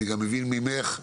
אני גם מבין ממך,